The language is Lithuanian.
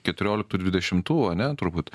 keturioliktų dvidešimtų ane turbūt